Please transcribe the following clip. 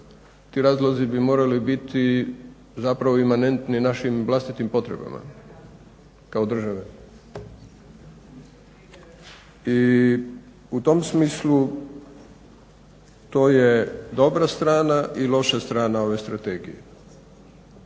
ti razlozi bi morali biti zapravo imanentni našim vlastitim potrebama kao države. I u tom smislu to je dobra strana i loša strane ove strategije.